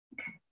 Okay